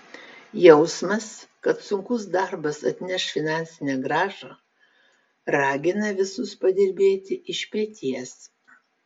jausmas kad sunkus darbas atneš finansinę grąžą ragina visus padirbėti iš peties